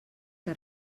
que